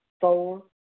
Four